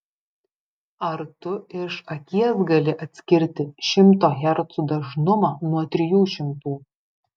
ar tu iš akies gali atskirti šimto hercų dažnumą nuo trijų šimtų